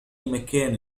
مكان